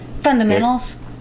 Fundamentals